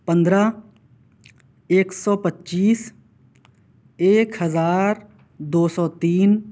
پندرہ ایک سو پچیس ایک ہزار دو سو تین